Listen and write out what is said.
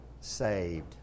saved